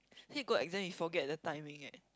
he got exam he forget the timing eh